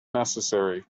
necessary